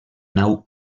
nau